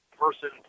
person